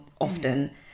often